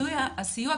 הסיוע,